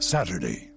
Saturday